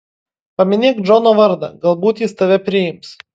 paminėk džono vardą galbūt jis tave priims